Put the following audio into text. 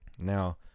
Now